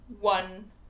one